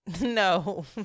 No